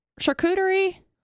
charcuterie